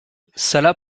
salah